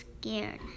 scared